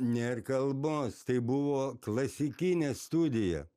nėr kalbos tai buvo klasikinė studija